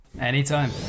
Anytime